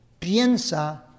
piensa